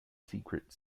secret